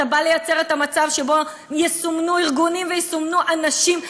אתה בא לייצר מצב שבו יסומנו ארגונים ויסומנו אנשים כבוגדים.